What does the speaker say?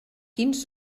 quins